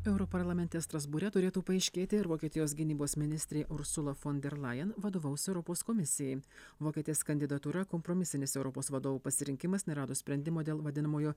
europarlamente strasbūre turėtų paaiškėti ar vokietijos gynybos ministrė ursula fon der lajen vadovaus europos komisijai vokietės kandidatūra kompromisinis europos vadovų pasirinkimas neradus sprendimo dėl vadinamojo